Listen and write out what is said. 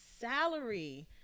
salary